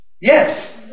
Yes